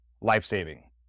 life-saving